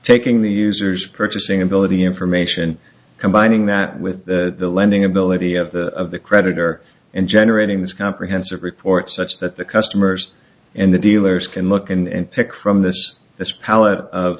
taking the user's purchasing ability information combining that with the lending ability of the of the creditor and generating this comprehensive report such that the customers and the dealers can look and pick from th